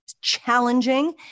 challenging